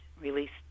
released